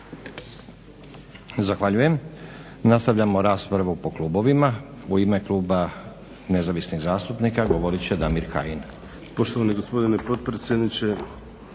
Zahvaljujem. Nastavljamo raspravu po klubovima. U ime Kluba nezavisnih zastupnika govorit će Damir Kajin.